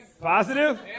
positive